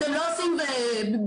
אתם לא עושים ביקורות?